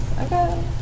Okay